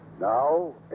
Now